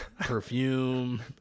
perfume